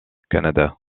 canada